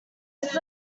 was